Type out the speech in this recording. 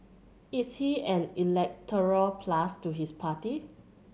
is he an electoral plus to his party